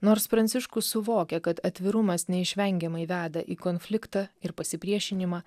nors pranciškus suvokia kad atvirumas neišvengiamai veda į konfliktą ir pasipriešinimą